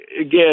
again